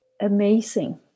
amazing